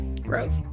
Gross